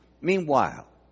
Meanwhile